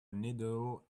needle